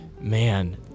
Man